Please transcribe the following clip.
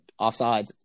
offsides